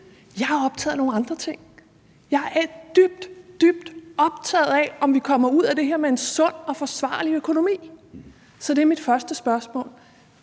Jeg er optaget af nogle andre ting. Jeg er dybt optaget af, om vi kommer ud af det her med en sund og forsvarlig økonomi. Så mit første spørgsmål